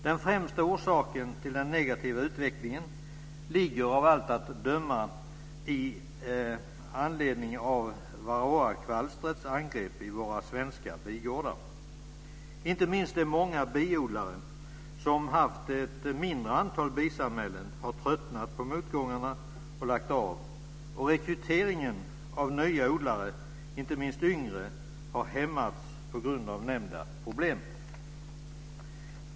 Den främsta orsaken till den negativa utvecklingen ligger av allt att döma i varroakvalstrets angrepp i våra svenska bigårdar. Inte minst de många biodlare som har haft ett mindre antal bisamhällen har tröttnat på motgångarna och lagt av, och rekryteringen av nya odlare, inte minst yngre, har hämmats på grund av nämnda problem.